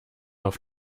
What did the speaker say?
auf